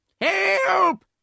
Help